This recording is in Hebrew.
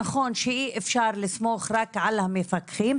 נכון שאי אפשר לסמוך רק על המפקחים,